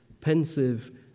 pensive